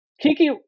Kiki